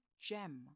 gem